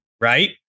right